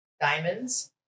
diamonds